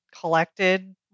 collected